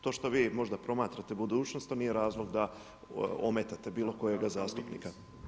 To što vi možda promatrate budućnost, to nije razlog da ometate bilo kojega zastupnika.